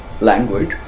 language